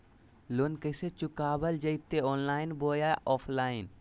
Loan कैसे चुकाबल जयते ऑनलाइन बोया ऑफलाइन?